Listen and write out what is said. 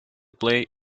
play